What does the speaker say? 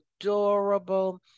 adorable